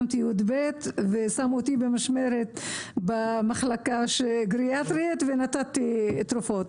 שמו אותי במשמרת במחלקה גריאטרית ונתתי תרופות.